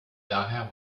daher